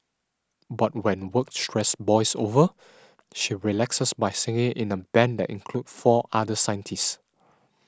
but when work stress boils over she relaxes by singing in a band that includes four other scientists